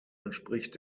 entspricht